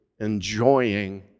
enjoying